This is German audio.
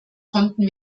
konnten